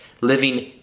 living